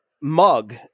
mug